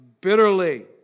bitterly